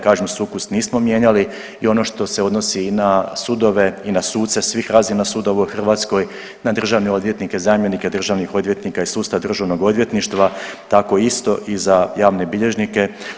Kažem sukus nismo mijenjali i ono što se odnosi i na sudove i na suce svih razina sudova u Hrvatskoj, na državne odvjetnike, zamjenike državnih odvjetnika i sustav Državnog odvjetništva tako isto i za javne bilježnike.